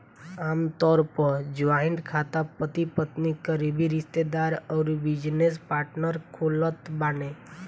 आमतौर पअ जॉइंट खाता पति पत्नी, करीबी रिश्तेदार अउरी बिजनेस पार्टनर खोलत बाने